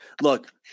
Look